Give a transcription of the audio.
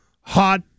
hot